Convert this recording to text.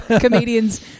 Comedians